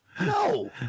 No